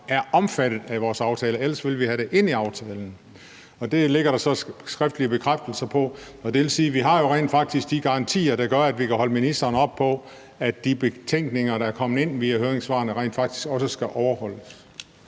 var omfattet af vores aftale. Ellers ville vi have det ind i aftalen. Og det ligger der så en skriftlig bekræftelse på, og det vil sige, at vi jo rent faktisk har de garantier, der gør, at vi kan holde ministeren op på, at de betænkninger, der er kommet ind via høringssvarene, rent faktisk også skal overholdes.